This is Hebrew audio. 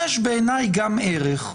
יש בעיניי גם ערך בכך.